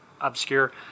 obscure